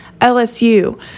LSU